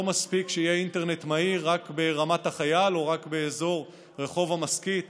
לא מספיק שיהיה אינטרנט מהיר רק ברמת החייל או רק באזור רחוב המשכית